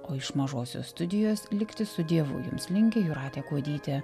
o iš mažosios studijos likti su dievu jums linki jūratė kuodytė